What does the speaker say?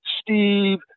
Steve